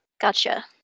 Gotcha